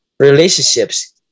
Relationships